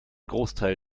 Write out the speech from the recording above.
großteil